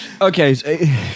Okay